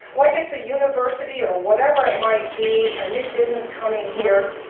like it's a university, or whatever it might be, a new business coming here.